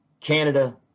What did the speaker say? canada